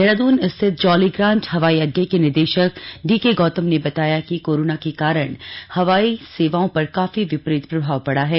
देहरादून स्थित जौलीग्रांट हवाई अड्डे के निदेशक डीके गौतम ने बताया कि कोरोना के कारण हवाई सेवाओं पर काफी विपरीत प्रभाव पड़ा है